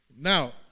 Now